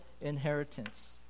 inheritance